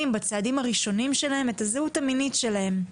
בצעדים הראשונים שלהם את הזהות המינית שלהם.